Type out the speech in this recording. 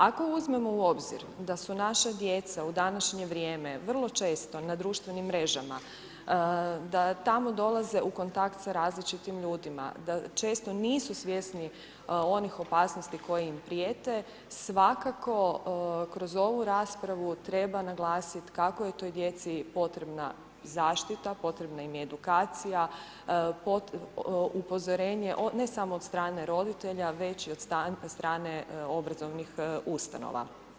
Ako uzmemo u obzir da su naša djeca u današnje vrijeme vrlo često na društvenim mrežama, da tamo dolaze u kontakt sa različitim ljudima, da često nisu svjesni onih opasnosti koje im prijete, svakako kroz ovu raspravu treba naglasit kako je toj djeci potrebna zaštita, potrebna im je edukacija, upozorenje ne samo od strane roditelja, već i od strane obrazovnih ustanova.